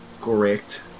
correct